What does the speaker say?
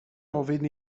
ofyn